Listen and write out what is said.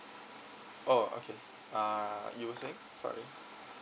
oh okay uh you were saying sorry